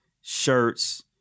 shirts